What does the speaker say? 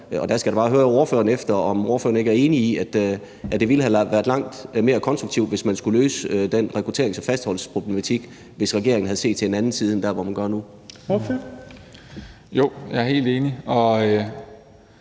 da bare høre ordføreren, om ordføreren ikke er enig i, at det ville have været langt mere konstruktivt, hvis man skulle løse den rekrutterings- og fastholdelsesproblematik, hvis regeringen havde set til en anden side end den, man gør nu. Kl. 15:09 Fjerde